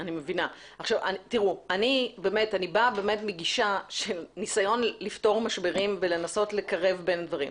אני באה מגישה של ניסיון לפתור משברים ולנסות לקרב בין דברים.